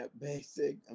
basic